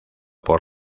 por